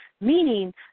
meaning